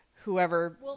whoever